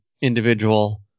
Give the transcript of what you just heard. individual